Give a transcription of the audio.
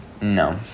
No